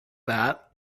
that